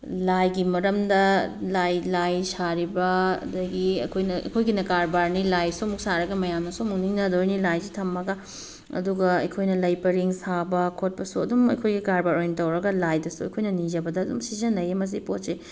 ꯂꯥꯏꯒꯤ ꯃꯔꯝꯗ ꯂꯥꯏ ꯁꯥꯔꯤꯕ ꯑꯗꯒꯤ ꯑꯩꯈꯣꯏꯅ ꯑꯩꯈꯣꯏꯒꯤꯅ ꯀꯔꯕꯥꯔꯅꯤ ꯂꯥꯏꯁꯨ ꯑꯃꯨꯛ ꯁꯥꯔꯒ ꯃꯌꯥꯝꯅꯁꯨ ꯑꯃꯨꯛ ꯅꯤꯡꯅꯗꯣꯏꯅꯤ ꯂꯥꯏꯁꯤ ꯊꯝꯃꯒ ꯑꯗꯨꯒ ꯑꯩꯈꯣꯏꯅ ꯂꯩ ꯄꯔꯦꯡ ꯁꯥꯕ ꯈꯣꯠꯄꯁꯨ ꯑꯗꯨꯝ ꯑꯩꯈꯣꯏꯒꯤ ꯀꯔꯕꯥꯔ ꯑꯣꯏ ꯇꯧꯔꯒ ꯂꯥꯏꯗꯁꯨ ꯑꯩꯈꯣꯏꯅ ꯅꯤꯖꯕꯗ ꯑꯗꯨꯝ ꯁꯤꯖꯤꯟꯅꯩꯑꯦ ꯃꯁꯤ ꯄꯣꯠꯁꯦ